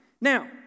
Now